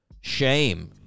shame